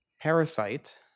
Parasite